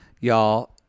y'all